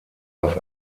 auf